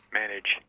manage